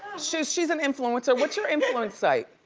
she's she's an influencer, what's your influence site?